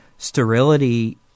sterility